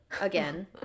Again